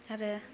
आरो